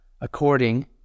according